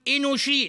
אנושית,